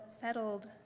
settled